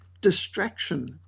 distraction